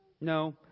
No